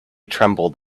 trembled